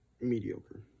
mediocre